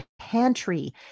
pantry